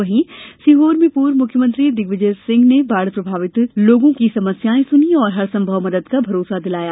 वहीं सीहोर में पूर्व मुख्यमंत्री दिग्विजय सिंह ने बाढ़ प्रभावित लोगों से उनकी समस्याएं सुनी और हरसंभव मदद का भरोसा दिलाया